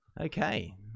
Okay